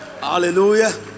Hallelujah